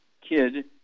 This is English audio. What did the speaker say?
kid